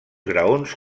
graons